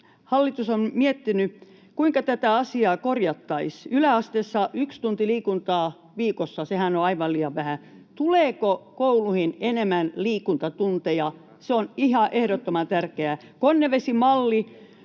hallitus on miettinyt, että tätä asiaa korjattaisiin? Yläasteella on yksi tunti liikuntaa viikossa — sehän on aivan liian vähän. Tuleeko kouluihin enemmän liikuntatunteja? Se on ihan ehdottoman tärkeää. Konnevesi-mallissa